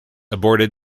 aborted